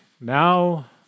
Now